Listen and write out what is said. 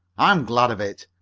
i'm glad of it.